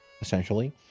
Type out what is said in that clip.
essentially